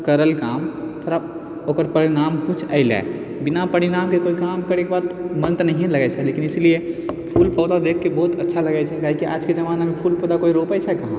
करल काम थोड़ा ओकर परिणाम कुछ ऐलै बिना परिणामके कोइ काम करैके बाद मन तऽ नहिए लगै छै इसलिए फूल पौधा देखिके बहुत अच्छा लगै छै काहे कि आजके जमानामे फूल पौधा कोइ रोपै छै कहाँ